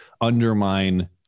undermine